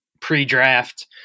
pre-draft